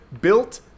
built